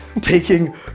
taking